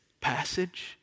passage